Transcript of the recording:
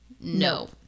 No